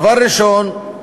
הדבר הראשון,